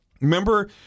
Remember